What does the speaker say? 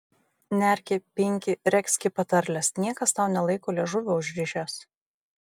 nerki pinki regzki patarles niekas tau nelaiko liežuvio užrišęs